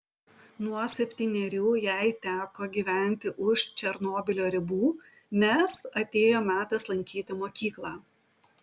nuo septynerių jai teko gyventi už černobylio ribų nes atėjo metas lankyti mokyklą